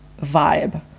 vibe